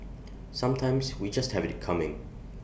sometimes we just have IT coming